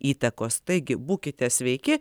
įtakos taigi būkite sveiki